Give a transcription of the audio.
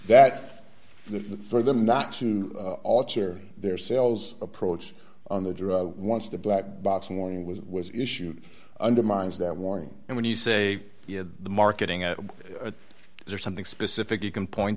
that the for them not to alter their sales approach on the drug once the black box warning was was issued undermines that warning and when you say you know the marketing out there something specific you can point